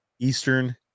Eastern